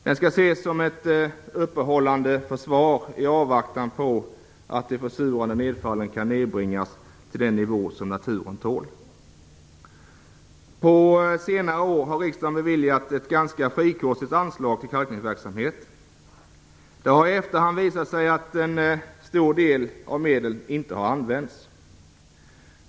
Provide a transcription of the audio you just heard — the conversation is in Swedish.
Den skall ses som ett uppehållande försvar i avvaktan på att de försurande nedfallen kan nedbringas till den nivå som naturen tål. På senare år har riksdagen beviljat ett ganska frikostigt anslag till kalkningsverksamheten. Det har i efterhand visat sig att en stor del av medlen inte har använts.